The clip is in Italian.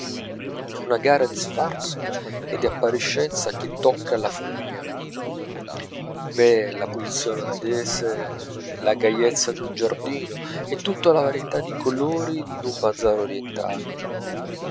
è una gara di sfarzo e di appariscenza che tocca la follia v'è la pulizia olandese la gaiezza d'un giardino e tutta la varietà di colori d'un bazar orientale